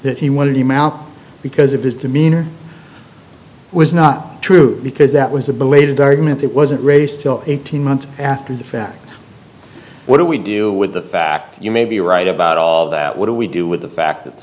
that he wanted him out because of his demeanor was not true because that was a belated argument it wasn't raised till eighteen months after the fact what do we do with the fact you may be right about all that what do we do with the fact that the